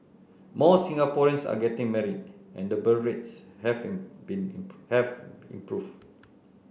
more Singaporeans are getting married and the birth rates have been have improved